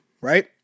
right